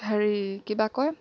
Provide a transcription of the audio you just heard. হেৰি কি বা কয়